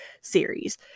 series